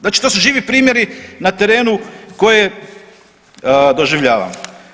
Znači to su živi primjeri na terenu koje doživljavamo.